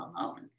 alone